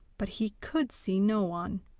but he could see no one,